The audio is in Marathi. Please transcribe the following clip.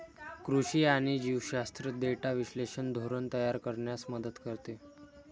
कृषी आणि जीवशास्त्र डेटा विश्लेषण धोरण तयार करण्यास मदत करते